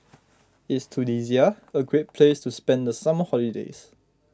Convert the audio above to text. is Tunisia a great place to spend the summer holiday